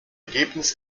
ergebnis